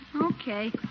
Okay